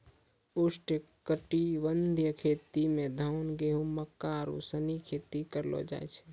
उष्णकटिबंधीय खेती मे धान, गेहूं, मक्का आरु सनी खेती करलो जाय छै